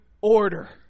order